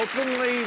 ...openly